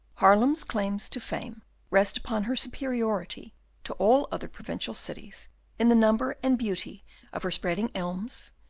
haarlem's claims to fame rest upon her superiority to all other provincial cities in the number and beauty of her spreading elms,